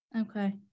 Okay